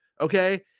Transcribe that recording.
Okay